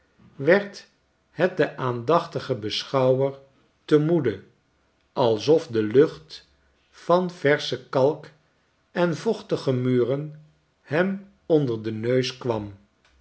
werd het den aandachtigen beschouwer te moede alsof de lucht van versche kalk en vochtige muren hem onder den neus kwam